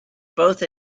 both